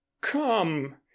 come